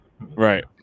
Right